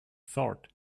sword